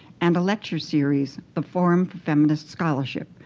and a lecture series, the forum for feminist scholarship,